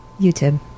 YouTube